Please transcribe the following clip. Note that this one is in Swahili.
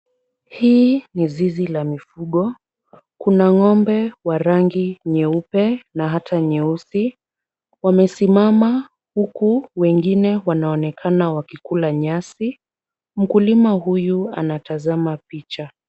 Hii ni zizi la mifugo. Kuna ng'ombe wa rangi nyeupe na hata nyeusi. Wamesimama huku wengine wanaonekana wakikula nyasi. Mkulima huyu anatazama picha.